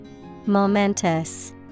Momentous